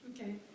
Okay